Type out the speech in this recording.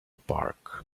park